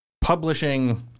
publishing